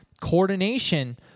coordination